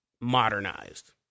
modernized